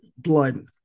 Blood